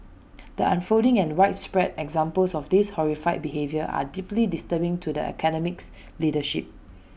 the unfolding and widespread examples of this horrific behaviour are deeply disturbing to the Academy's leadership